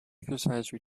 exercise